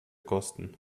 kosten